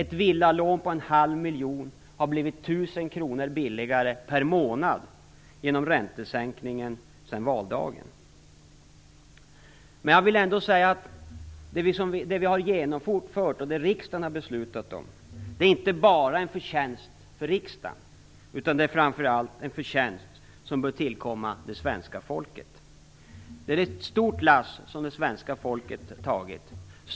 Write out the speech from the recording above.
Ett villalån om en halv miljon har blivit 1 000 kr billigare per månad genom räntesänkningen sedan valdagen. Men jag vill också säga att det som vi har föreslagit och riksdagen har beslutat om inte bara är riksdagens förtjänst utan framför allt är svenska folkets förtjänst. Det är ett stort lass som det svenska folket har tagit på sig.